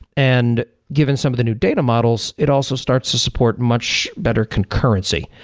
and given some of the new data models, it also starts to support much better concurrency.